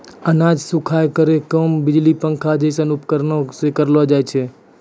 अनाज सुखाय केरो काम बिजली पंखा जैसनो उपकरण सें करलो जाय छै?